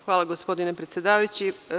Hvala gospodine predsedavajući.